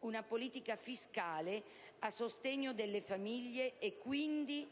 una politica fiscale a sostegno delle famiglie e, quindi,